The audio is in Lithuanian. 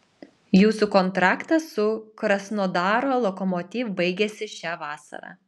jūsų kontraktas su krasnodaro lokomotiv baigiasi šią vasarą